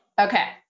Okay